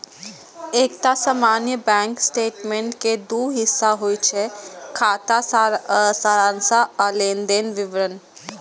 एकटा सामान्य bank statement के दू हिस्सा होइ छै, खाता सारांश आ लेनदेनक विवरण